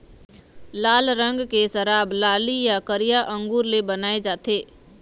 लाल रंग के शराब लाली य करिया अंगुर ले बनाए जाथे